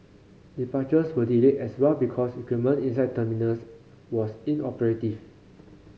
departures were delayed as well because equipment inside terminals was inoperative